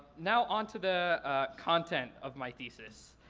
now onto the content of my thesis.